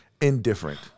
indifferent